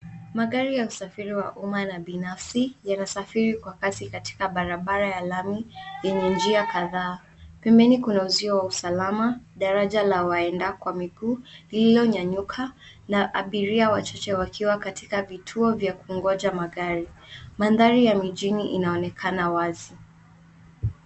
Magari ya usafiri wa umma na binafsi yanasafiri kwa kasi katika barabara ya lami yenye njia kadhaa. Pembeni kuna uzio wa usalama, daraja la waenda kwa miguu lililonyanyuka, na abiria wachache wakiwa katika vituo vya kungoja magari. Mandhari ya mijini inaonekana wazi.